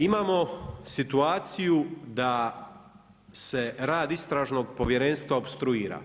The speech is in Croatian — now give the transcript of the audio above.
Imamo situaciju da se rad Istražnog povjerenstva opstruira.